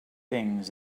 things